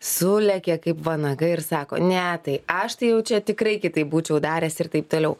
sulekia kaip vanagai ir sako ne tai aš tai jau čia tikrai kitaip būčiau daręs ir taip toliau